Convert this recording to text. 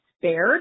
spared